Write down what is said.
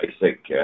basic